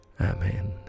Amen